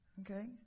Okay